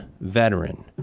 veteran